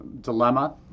dilemma